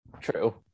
True